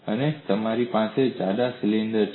અને તમારી પાસે જાડા સિલિન્ડર છે